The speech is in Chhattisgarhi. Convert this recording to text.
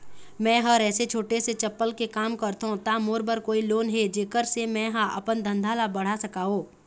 मैं हर ऐसे छोटे से चप्पल के काम करथों ता मोर बर कोई लोन हे जेकर से मैं हा अपन धंधा ला बढ़ा सकाओ?